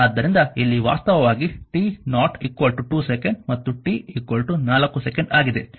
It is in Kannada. ಆದ್ದರಿಂದ ಇಲ್ಲಿ ವಾಸ್ತವವಾಗಿ t0 2 ಸೆಕೆಂಡ್ ಮತ್ತು t 4 ಸೆಕೆಂಡ್ ಆಗಿದೆ